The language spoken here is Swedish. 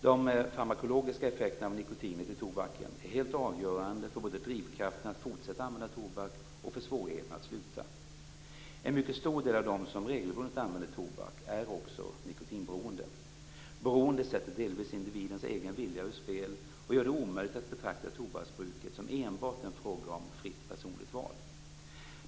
De farmakologiska effekterna av nikotinet i tobaken är helt avgörande för både drivkraften att fortsätta använda tobak och för svårigheterna att sluta. En mycket stor del av dem som regelbundet använder tobak, är också nikotinberoende. Beroendet sätter delvis individens egen vilja ur spel och gör det omöjligt att betrakta tobaksbruket som enbart en fråga om "fritt personligt val".